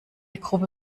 gruppe